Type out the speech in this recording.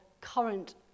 current